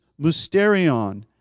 musterion